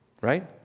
right